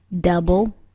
Double